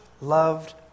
loved